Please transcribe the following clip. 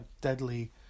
deadly